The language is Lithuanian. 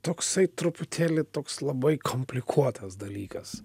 toksai truputėlį toks labai komplikuotas dalykas